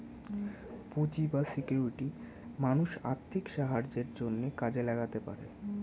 পুঁজি বা সিকিউরিটি মানুষ আর্থিক সাহায্যের জন্যে কাজে লাগাতে পারে